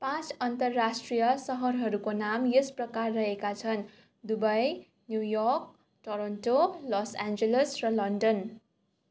पाँच अन्तर्राष्ट्रिय सहरहरूको नाम यस प्रकार रहेका छन् Dubai New York Toronto Los Angeles र लन्डन